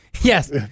Yes